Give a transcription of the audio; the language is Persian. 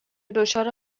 دچار